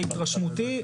להתרשמותי,